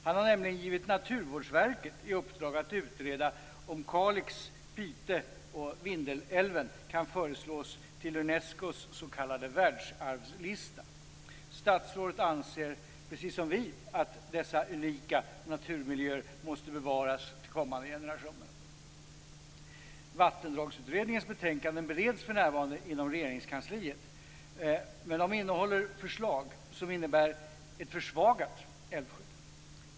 Han har nämligen givit Naturvårdsverket i uppdrag att utreda om Kalixälven, Piteälven och Vindelälven kan föreslås till Unescos s.k. världsarvslista. Statsrådet anser, precis om vi, att dessa unika naturmiljöer måste bevaras till kommande generationer. Vattendragsutredningens betänkanden bereds för närvarande inom Regeringskansliet. Men de innehåller förslag som innebär ett försvagat älvskydd.